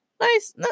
nice